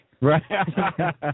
Right